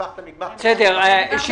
הפכת מגמ"ח קטן לגדול.